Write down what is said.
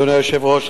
אדוני היושב-ראש,